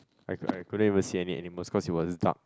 I I couldn't even see any animals cause it was dark